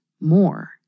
more